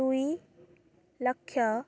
ଦୁଇ ଲକ୍ଷ